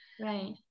Right